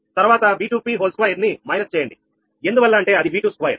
తర్వాత 𝑉2𝑝 whole square నీ minus చేయండి ఎందువల్ల అంటే అది V2